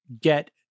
get